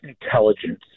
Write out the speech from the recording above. intelligence